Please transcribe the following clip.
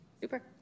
Super